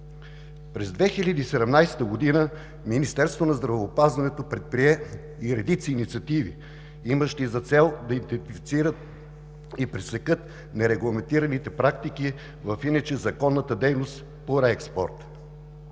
През 2017 г. Министерството на здравеопазването предприе и редица инициативи, имащи за цел да идентифицират и пресекат нерегламентираните практики в иначе законната дейност по реекспорт.